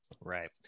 Right